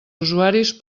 usuaris